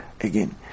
again